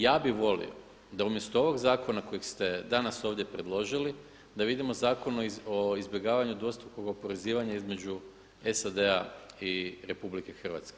Ja bih volio da umjesto ovog zakona kojeg ste danas ovdje predložili da vidimo Zakon o izbjegavanju dvostrukog oporezivanja između SAD-a i RH.